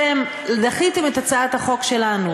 אתם דחיתם את הצעת החוק שלנו,